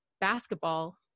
basketball